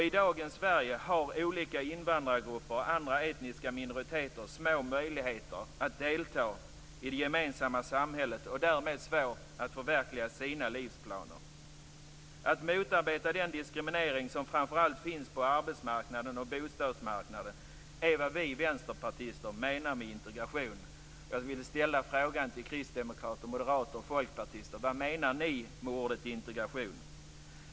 I dagens Sverige har olika invandrargrupper och andra etniska minoriteter små möjligheter att delta i det gemensamma samhället och därmed svårt att förverkliga sina livsplaner. Att motarbeta den diskriminering som framför allt finns på arbetsmarknaden och bostadsmarknaden är vad vi i Vänsterpartiet menar med integration.